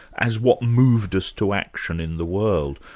as what moved us to action in the world.